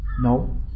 No